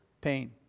pain